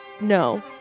No